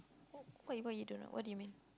what what you don't know what you mean